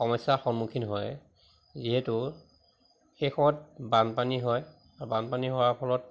সমস্যাৰ সন্মুখীন হয় যিহেতু শেষত বানপানী হয় বানপানী হোৱাৰ ফলত